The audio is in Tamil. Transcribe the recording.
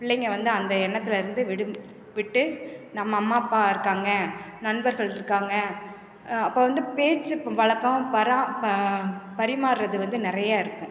பிள்ளைங்கள் வந்து அந்த எண்ணத்தில் இருந்து விடு விட்டு நம்ம அம்மாப்பா இருக்காங்கள் நண்பர்கள் இருக்காங்கள் அப்போ வந்து பேச்சு வழக்கம் பரா ப பரிமாறுறது வந்து நிறையா இருக்கும்